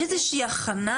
יש איזושהי הכנה?